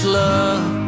love